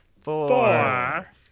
four